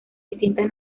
distintas